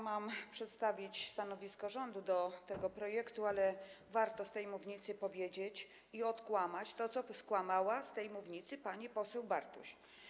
Mam przedstawić stanowisko klubu wobec tego projektu, ale warto z tej mównicy powiedzieć i odkłamać to, co skłamała z tej mównicy pani poseł Bartuś.